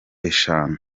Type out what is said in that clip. eshanu